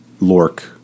Lork